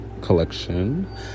collection